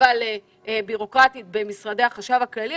אבל בירוקרטית במשרדי החשב הכללי.